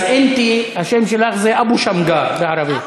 אז אנתי, השם שלך זה אבו שמגר בערבית.